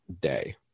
day